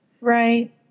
Right